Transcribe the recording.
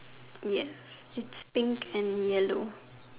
yes its pink and yellow